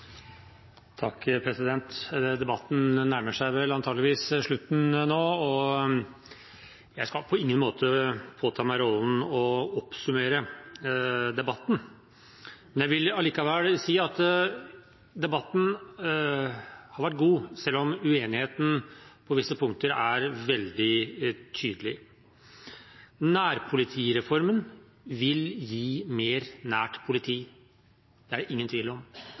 Debatten nærmer seg antakeligvis slutten, og jeg skal på ingen måte påta meg rollen med å oppsummere. Jeg vil si at debatten har vært god selv om uenigheten på visse punkter er veldig tydelig. Nærpolitireformen vil gi mer nært politi, det er det ingen tvil om.